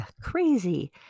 crazy